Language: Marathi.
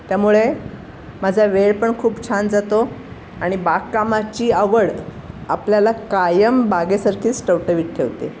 त्यामुळे माझा वेळ पण खूप छान जातो आणि बागकामाची आवड आपल्याला कायम बागेसारखीच टवटवीत ठेवते